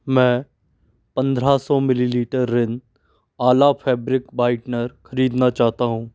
मैं पंद्रह सौ millilitre Rin Ala fabric whitener खरीदना चाहता हूँ